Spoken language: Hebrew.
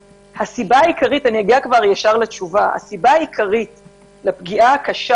אגיע לתשובה הסיבה העיקרית לפגיעה הקשה